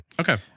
okay